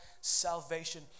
salvation